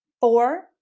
Four